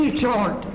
short